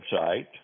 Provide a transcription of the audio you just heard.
website